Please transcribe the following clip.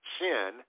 sin